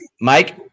Mike